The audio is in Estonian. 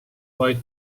vaid